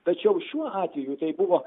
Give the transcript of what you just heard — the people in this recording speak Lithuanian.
tačiau šiuo atveju tai buvo